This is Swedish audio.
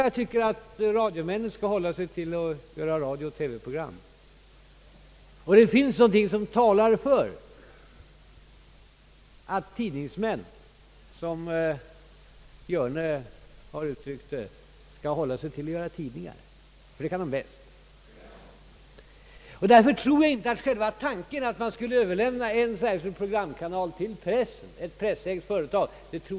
Jag tycker att radiomännen skall hålla sig till att göra radiooch TV program, och det finns någonting som talar för att tidningsmän, som Hjörne har uttryckt det, skall hålla sig till att göra tidningar — det kan de bäst. Därför tror jag inte att det är ett bra förslag att överlämna en särskild programkanal till ett pressägt företag.